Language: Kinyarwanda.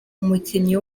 umukinnyi